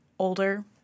older